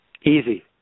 Easy